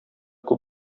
күп